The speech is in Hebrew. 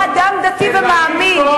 בתור אדם דתי ומאמין,